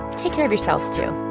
take care of yourselves, too